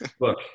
look